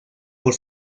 por